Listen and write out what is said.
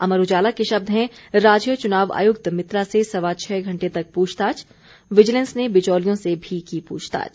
अमर उजाला के शब्द हैं राज्य च्नाव आयुक्त मित्रा से सवा छह घंटे तक प्रछताछ विजिलेंस ने बिचौलियों से भी की पूछताछ